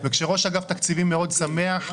וכשראש אגף התקציבים מאוד שמח,